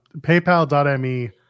paypal.me